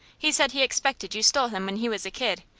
he said he expected you stole him when he was a kid,